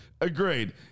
agreed